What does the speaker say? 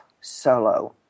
solo